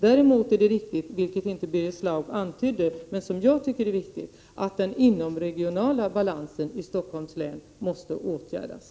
Däremot är det riktigt, vilket inte Birger Schlaug antydde, men som jag tycker är viktigt, att den inomregionala obalansen i Stockholms län måste åtgärdas.